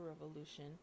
revolution